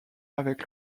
avec